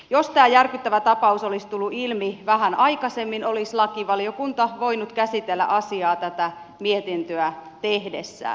jos tämä järkyttävä tapaus olisi tullut ilmi vähän aikaisemmin olisi lakivaliokunta voinut käsitellä asiaa tätä mietintöä tehdessään